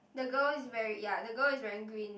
the girl is wearing ya the girl is wearing green